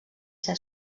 ser